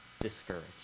discouraged